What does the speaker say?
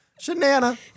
Shanana